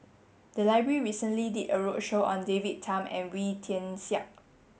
the library recently did a roadshow on David Tham and Wee Tian Siak